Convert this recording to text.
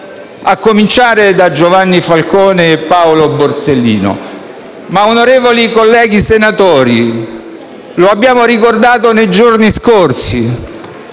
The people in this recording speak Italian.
a cominciare da Giovanni Falcone e Paolo Borsellino. Onorevoli colleghi senatori, lo abbiamo ricordato nei giorni scorsi: